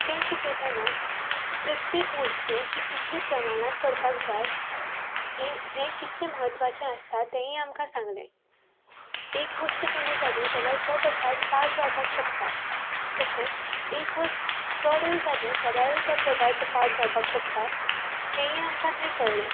ते शिकयतना प्रत्येक वस्तू ही कितल्या प्रमाणांत पडपाक जाय हें हें कितलें म्हत्वाचे आसता तेय आमकां सांगले एक वस्त कमी जाली जाल्यार तो पदार्थ पाड जावंक शकता तशेंच एक वस्त चडय जाली जाल्यारय तो पदार्थ पाड जावपाक शकता हेंय आमकां थंय कळ्ळें